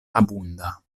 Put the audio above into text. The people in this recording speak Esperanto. abunda